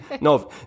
no